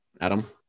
Adam